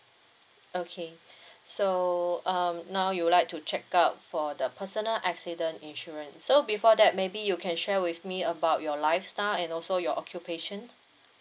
okay so um now you like to check out for the personal accident insurance so before that maybe you can share with me about your lifestyle and also your occupation